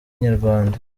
inyarwanda